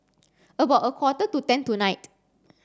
about a quarter to ten tonight